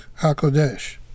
HaKodesh